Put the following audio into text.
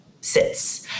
sits